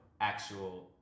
actual